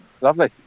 Lovely